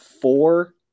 four